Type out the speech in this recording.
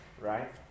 right